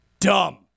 dumb